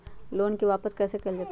Loan के वापस कैसे कैल जतय?